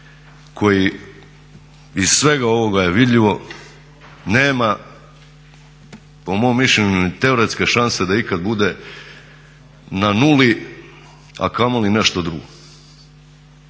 koji iz svega ovoga je vidljivo nema po mom mišljenju ni teoretske šanse da ikad bude na nuli, a kamoli nešto drugo.